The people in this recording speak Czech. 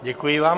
Děkuji vám.